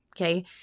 Okay